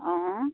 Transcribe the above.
অঁ